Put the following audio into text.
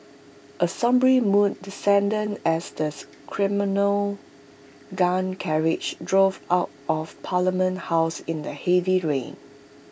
A sombre mood descended as the ceremonial gun carriage drove out of parliament house in the heavy rain